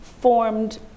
formed